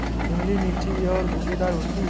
इमली मीठी और गूदेदार होती है